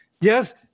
Yes